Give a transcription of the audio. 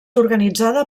organitzada